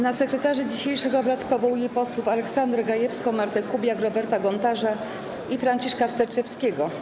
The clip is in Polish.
Na sekretarzy dzisiejszych obrad powołuję posłów Aleksandrę Gajewską, Martę Kubiak, Roberta Gontarza i Franciszka Sterczewskiego.